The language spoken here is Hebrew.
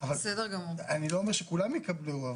אני לא אומר שכולם יקבלו.